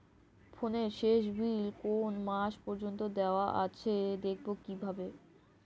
ফোনের শেষ বিল কোন মাস পর্যন্ত দেওয়া আছে দেখবো কিভাবে?